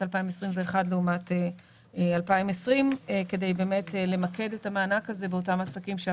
2021 לעומת שנת 2020 כדי באמת למקד את המענק הזה באותם עסקים.